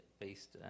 based